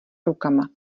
rukama